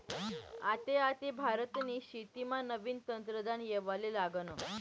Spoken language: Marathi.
आते आते भारतनी शेतीमा नवीन तंत्रज्ञान येवाले लागनं